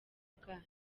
bwanyu